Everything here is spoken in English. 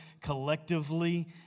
collectively